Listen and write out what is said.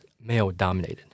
male-dominated